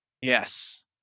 Yes